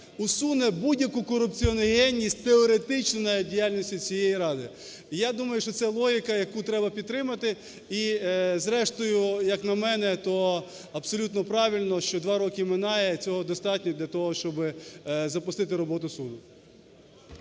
усуне будь-яку корупціогенність, теоретично, навіть, діяльності цієї ради. Я думаю, що це логіка, яку треба підтримати. І, зрештою, як на мене, то абсолютно правильно, що два роки минає, цього достатньо для того, щоб запустити роботу суду.